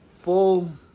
full